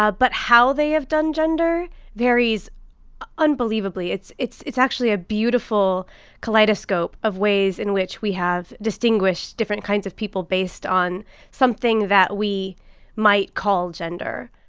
ah but how they have done gender varies unbelievably. it's it's actually a beautiful kaleidoscope of ways in which we have distinguished different kinds of people based on something that we might call gender.